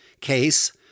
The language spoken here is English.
case